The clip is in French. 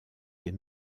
des